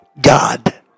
God